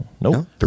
Nope